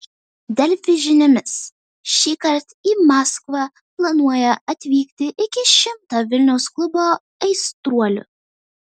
delfi žiniomis šįkart į maskvą planuoja atvykti iki šimto vilniaus klubo aistruolių